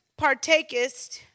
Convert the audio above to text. partakest